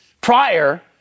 prior